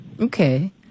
Okay